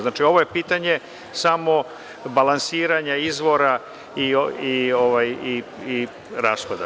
Znači, ovo je pitanje samo balansiranja izvora i rashoda.